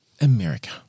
America